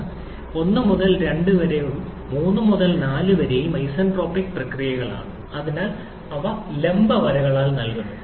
ഇത് 1 മുതൽ 2 വരെയും 3 മുതൽ 4 വരെയും ഐസന്റ്രോപിക് പ്രക്രിയകളാണ് അതിനാൽ അവ ലംബ വരകളാൽ നൽകുന്നു